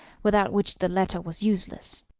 without which the letter was useless.